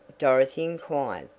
dorothy inquired.